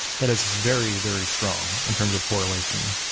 that is very, very strong in terms of correlation.